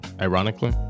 ironically